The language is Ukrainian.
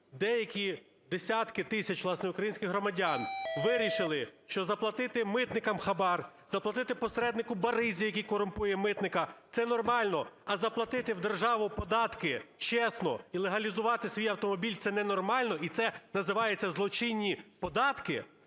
деякі десятки тисяч, власне, українських громадян вирішили, що заплатити митникам хабар, заплатити посереднику, баризі, який корумпує митника, це нормально, а заплатити в державу податки чесно і легалізувати свій автомобіль це ненормально, і це називається "злочинні податки",